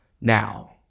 now